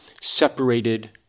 separated